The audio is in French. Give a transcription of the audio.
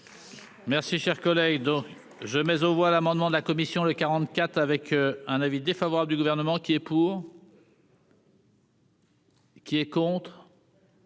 Merci, cher collègue dont je mais aux voix l'amendement de la commission de 44 avec un avis défavorable du gouvernement. Qui est pour. Qui est contre.